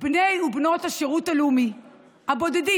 בני ובנות השירות הלאומי הבודדים,